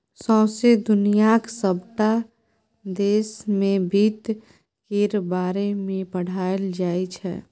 सौंसे दुनियाक सबटा देश मे बित्त केर बारे मे पढ़ाएल जाइ छै